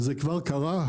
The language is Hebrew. זה כבר קרה.